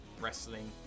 wrestling